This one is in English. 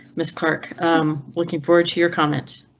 miss clark looking forward to your comments.